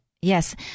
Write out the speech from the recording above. Yes